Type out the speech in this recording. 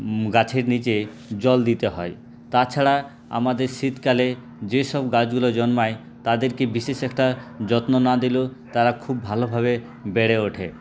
গাছের নিচে জল দিতে হয় তাছাড়া আমাদের শীতকালে যেসব গাছগুলো জন্মায় তাদেরকে একটা বিশেষ যত্ন না দিলেও তারা খুব ভালোভাবে বেড়ে ওঠে